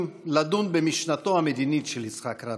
לדון במשנתו המדינית של יצחק רבין,